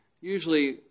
Usually